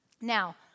Now